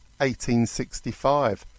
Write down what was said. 1865